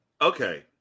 Okay